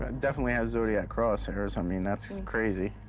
ah definitely has zodiac crosshairs, i mean, that's crazy.